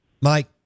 Mike